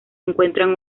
encuentran